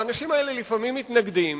והאנשים האלה לפעמים מתנגדים